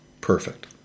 perfect